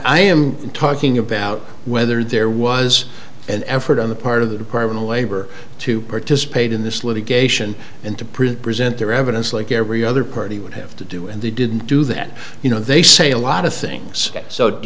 i am talking about whether there was an effort on the part of the department of labor to participate in this litigation and to print present their evidence like every other party would have to do and they didn't do that you know they say a lot of things so